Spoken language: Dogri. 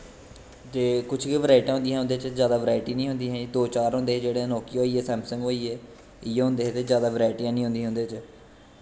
ते कुश गै बराईटी होंदियां हा जादा बराइटियां नी होंदियां हां दो चार होंदे हे नोकियां होईयै सैमसंग होईया इयैं होंदे हे ते जादा बराइटियां नी होंदियां हां ओह्दै बिच्च